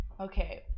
Okay